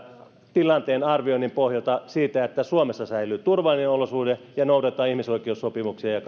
tilanteen arvioinnin pohjalta siitä että suomessa säilyy turvallinen olosuhde ja noudatetaan ihmisoikeussopimuksia ja ja